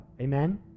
Amen